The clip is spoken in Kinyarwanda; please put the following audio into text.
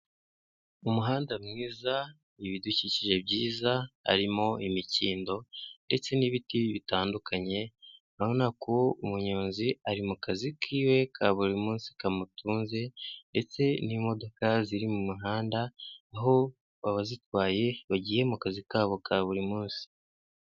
Umuhanda mwiza, ibidukikije byiza, harimo imikindo ndetse n'ibiti bitandukanye, urabona ko umunyonzi ari mu kazi kiwe ka buri munsi kandi kamutunze ndetse n'imodoka ziri mu muhanda, aho abazitwaye bagiye mu kazi kabo ka buri munsi.